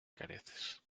careces